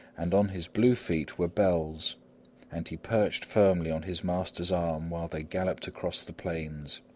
and on his blue feet were bells and he perched firmly on his master's arm while they galloped across the plains.